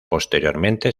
posteriormente